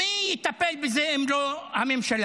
מי יטפל בזה אם לא הממשלה?